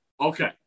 Okay